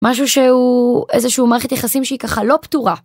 משהו שהוא איזה שהוא מערכת יחסים שהיא ככה לא פתורה.